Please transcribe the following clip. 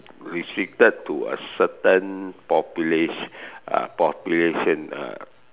restricted to a certain population uh population ah